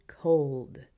cold